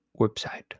website